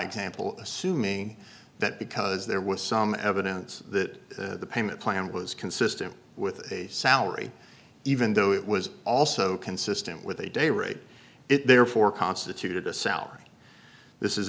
example assuming that because there was some evidence that the payment plan was consistent with a salary even though it was also consistent with a day rate it therefore constituted a salary this is